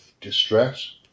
distress